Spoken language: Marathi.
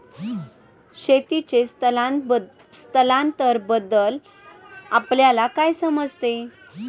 शेतीचे स्थलांतरबद्दल आपल्याला काय समजते?